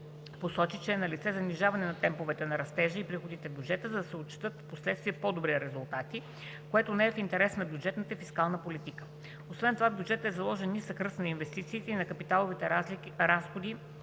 посочи, че е налице занижаване на темповете на растежа и приходите в бюджета, за да се отчитат впоследствие по-добри резултати, което не е в интерес на бюджетната и фискалната политика на България. Освен това в бюджета е заложен нисък ръст на инвестициите и на капиталовите разходи